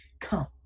Come